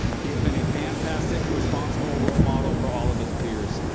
he has been a fantastic responsible role model for all of his peers.